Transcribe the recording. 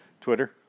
Twitter